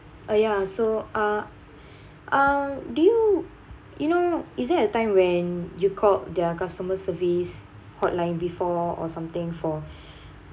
uh ya so uh do you you know is there a time when you called their customer service hotline before or something for